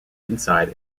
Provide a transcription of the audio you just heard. inside